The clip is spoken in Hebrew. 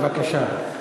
בבקשה.